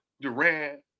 Durant